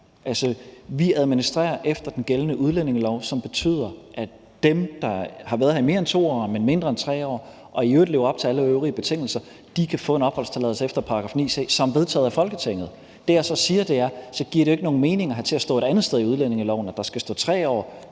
vi administrerer efter den gældende udlændingelov, som betyder, at dem, der har været her i mere end 2 år, men mindre end 3 år og i øvrigt lever op til alle øvrige betingelser, kan få en opholdstilladelse efter § 9 c som vedtaget af Folketinget. Det, jeg så siger, er, at det jo ikke giver nogen mening at have til at stå et andet sted i udlændingeloven, at det er 3 år. Når